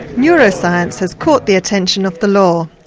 neuroscience has caught the attention of the law.